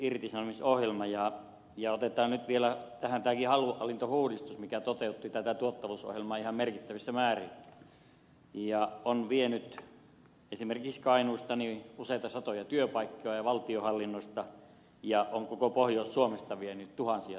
otetaan tähän nyt vielä tämä aluehallintouudistuskin mikä toteutti tätä tuottavuusohjelmaa ihan merkittävissä määrin ja on vienyt esimerkiksi kainuusta useita satoja työpaikkoja valtionhallinnosta ja on koko pohjois suomesta vienyt tuhansia työpaikkoja